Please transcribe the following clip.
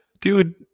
Dude